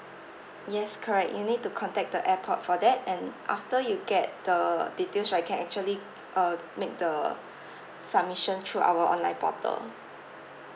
yes correct you need to contact the airport for that and after you get the details right you can actually uh make the submission through our online portal